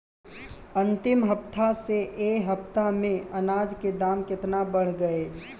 अंतिम हफ्ता से ए हफ्ता मे अनाज के दाम केतना बढ़ गएल?